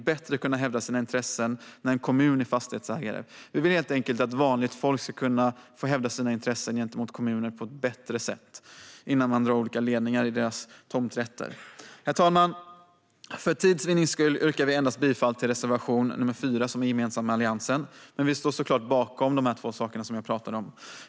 Vi talar alltså om bostadsrättsföreningar, småhusägare och andra, för vi vill helt enkelt att vanligt folk ska kunna få hävda sina intressen gentemot kommunen på ett bättre sätt innan man drar olika ledningar i deras tomträtter. Herr talman! För tids vinnande yrkar jag endast bifall till reservation 4 som är alliansgemensam, men vi står såklart bakom de två saker som jag talade om.